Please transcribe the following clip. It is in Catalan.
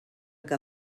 que